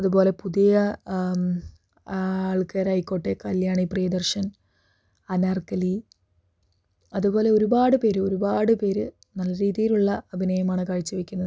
അതുപോലെ പുതിയ ആൾക്കാരായിക്കോട്ടെ കല്യാണി പ്രിയദർശൻ അനാർക്കലി അതുപോലെ ഒരുപാട് പേര് ഒരുപാട് പേര് നല്ല രീതീലുള്ള അഭിനയമാണ് കാഴ്ച വയ്ക്കുന്നത്